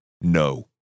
No